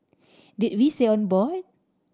did we say on board